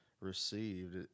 received